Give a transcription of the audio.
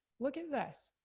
look at this,